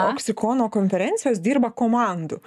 oksikono konferencijos dirba komandų